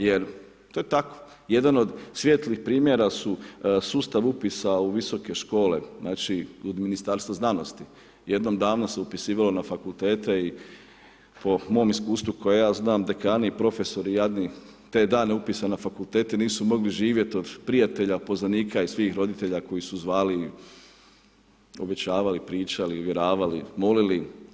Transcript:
Jer to je tako, jedan od svijetlih primjera su sustav upisa u visoke škole, znači u Ministarstvo znanosti, jednom davno se upisivalo na fakultete po mojem iskustvu kojeg ja znam dekatni i profesori jadni te dane upisa na fakultete nisu mogli živjeti od prijatelja, poznanika i svih roditelja, koji su zvali obećavali, pričali, uvjeravali, molili.